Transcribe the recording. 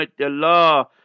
Allah